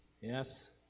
Yes